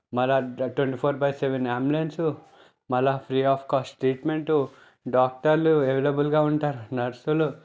మరల twenty four by seven ambulance మరల free of cost treatment డాక్టర్లు అవైలబుల్గా ఉంటారు నర్సులు